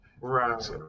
right